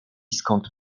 skąd